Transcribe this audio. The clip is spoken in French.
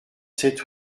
sept